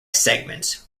segments